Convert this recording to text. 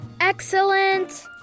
Excellent